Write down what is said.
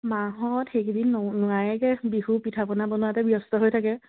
মাহত সেইকেইদিন নোৱয়োকে বিহু পিঠা পনা বনোৱাতে ব্যস্ত হৈ থাকে